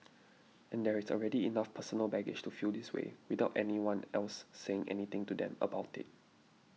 and there is already enough personal baggage to feel this way without anyone else saying anything to them about it